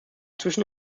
zwischen